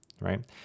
right